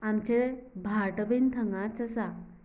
आमचें भाट बीन थंगाच आसा